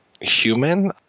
human